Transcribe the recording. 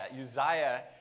Uzziah